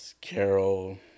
Carol